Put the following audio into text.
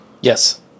Yes